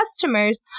customers